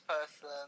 person